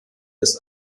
des